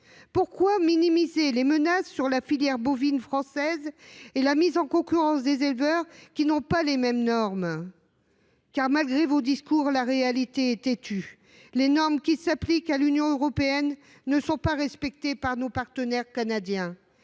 Pourquoi minimiser les menaces pesant sur la filière bovine française et la mise en concurrence des éleveurs qui ne sont pas soumis aux mêmes normes ? Malgré vos discours, monsieur le ministre, la réalité est têtue. Les normes qui s’appliquent à l’Union européenne ne sont pas respectées par nos partenaires canadiens